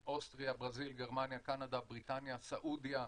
אוסטריה, ברזיל, גרמניה, בריטניה, סעודיה.